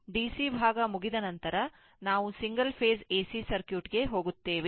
DC ಭಾಗ ಮುಗಿದ ನಂತರ ನಾವು ಸಿಂಗಲ್ ಫೇಸ್ ಎಸಿ ಸರ್ಕ್ಯೂಟ್ ಗೆ ಹೋಗುತ್ತೇವೆ